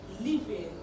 living